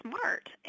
smart